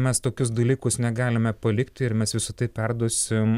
mes tokius dalykus negalime palikti ir mes visa tai perduosim